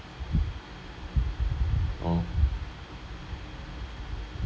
oh